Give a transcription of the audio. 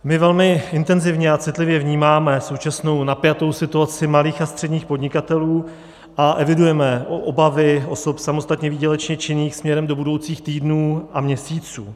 My velmi intenzivně a citlivě vnímáme současnou napjatou situaci malých a středních podnikatelů a evidujeme obavy osob samostatně výdělečně činných směrem do budoucích týdnů a měsíců.